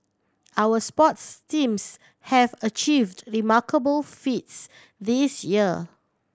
our sports teams have achieved remarkable feats this year